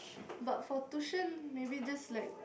but for tuition maybe just like